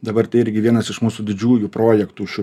dabar tai irgi vienas iš mūsų didžiųjų projektų šių